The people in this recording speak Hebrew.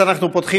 נעבור להצעות